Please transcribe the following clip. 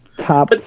Top